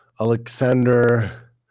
Alexander